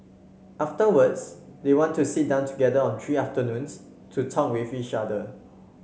afterwards they want to sit down together on three afternoons to talk with each other